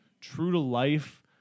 true-to-life